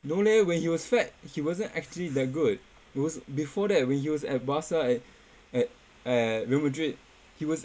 no leh when he was fat he wasn't actually that good it was before that when he was at Barca at at at Real Madrid he was